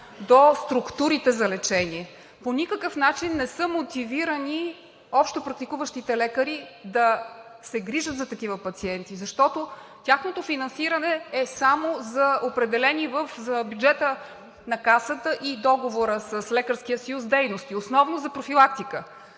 до структурите за лечение. По никакъв начин не са мотивирани общопрактикуващите лекари да се грижат за такива пациенти, защото тяхното финансиране е само за определени в бюджета на Касата и договора с Лекарския съюз дейности, основно за профилактика.